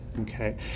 okay